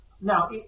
Now